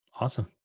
Awesome